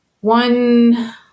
one